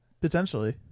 Potentially